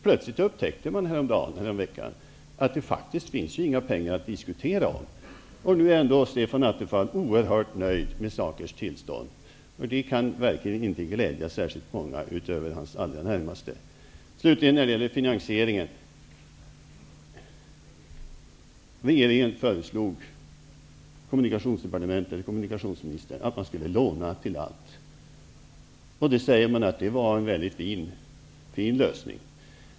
Plötsligt upptäckte man häromveckan att det faktiskt inte finns några pengar att diskutera. Ändå är Stefan Atterfall oerhört nöjd med sakernas tillstånd. De kan inte gärna glädja många andra än hans allra närmaste. När det gäller finansieringen har kommunikationsministern föreslagit att man skulle skulle låna till allt. Man säger att det var en mycket fin lösning.